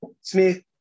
Smith